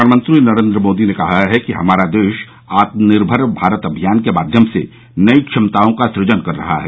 प्रधानमंत्री नरेन्द्र मोदी ने कहा है कि हमारा देश आत्मनिर्भर भारत अभियान के माध्यम से नई क्षमताओं का सुजन कर रहा है